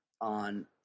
on